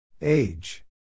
Age